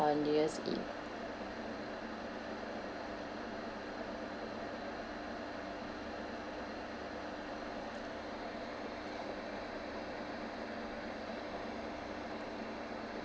on new year's eve